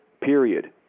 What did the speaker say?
period